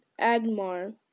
Agmar